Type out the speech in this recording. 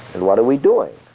and what are we doing?